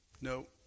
No